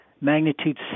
Magnitude